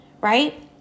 Right